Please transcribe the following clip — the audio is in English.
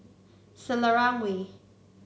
Selarang Way